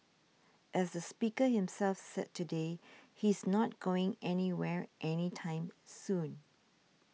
as the speaker himself said today he's not going anywhere any time soon